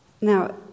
Now